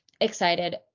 excited